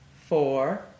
four